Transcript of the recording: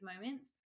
moments